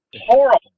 horrible